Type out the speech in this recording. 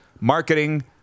marketing